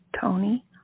Tony